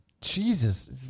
Jesus